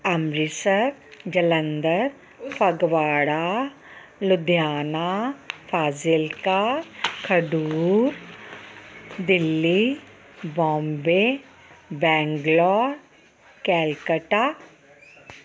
Amritsar Jalandhar Phagwara Ludhiana Fazilka Khadoor Delhi Bombay Bangalore Calcutta